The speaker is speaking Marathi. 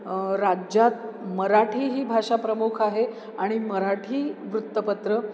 राज्यात मराठी ही भाषा प्रमुख आहे आणि मराठी वृत्तपत्र